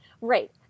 Right